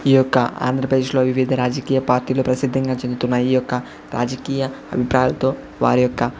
ఈ యొక్క ఆంధ్రప్రదేశ్లో వివిధ రాజకీయ పార్టీలు ప్రసిద్ధంగా చెందుతున్నాయి ఈ యొక్క రాజకీయ అభిప్రాయాలతో వారి యొక్క